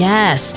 Yes